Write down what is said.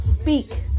Speak